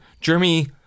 Jeremy